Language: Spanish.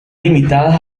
limitadas